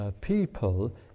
people